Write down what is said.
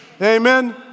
Amen